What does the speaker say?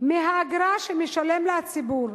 מהאגרה שמשלם לה הציבור,